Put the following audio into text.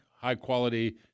high-quality